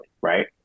Right